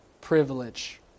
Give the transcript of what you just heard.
privilege